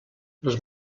les